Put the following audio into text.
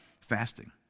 fasting